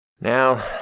Now